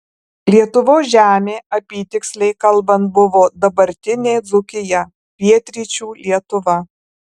lietuvos žemė apytiksliai kalbant buvo dabartinė dzūkija pietryčių lietuva